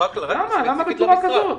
למה בצורה כזאת?